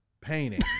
painting